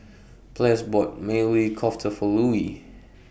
Ples bought Maili Kofta For Louie